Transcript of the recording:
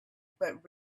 but